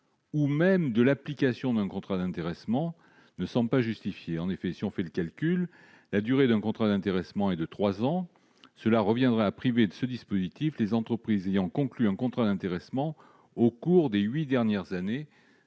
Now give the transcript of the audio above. ou même l'application d'un contrat d'intéressement, ne semble pas justifié. Faisons le calcul : la durée d'un contrat d'intéressement étant de trois ans, cela reviendrait à priver de ce dispositif les entreprises ayant conclu un contrat d'intéressement au cours des huit dernières années,